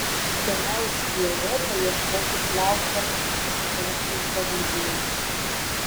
keliaus į europą ieškoti klauso perkeisto vampyro